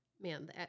man